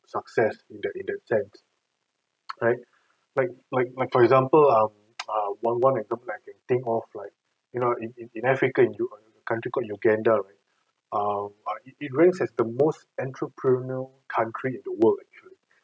success in that in that sense right like like like for example um a one one example I can think of like you know in in africa in i~ in country called uganda right um it ranks as the most entrepreneur country in the world actually